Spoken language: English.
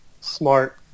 Smart